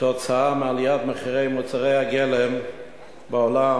תוצאה מעליית מחירי מוצרי הגלם בעולם,